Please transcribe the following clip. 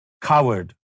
coward